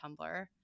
Tumblr